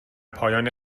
پایان